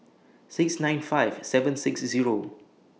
six nine five seven six Zero